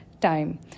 time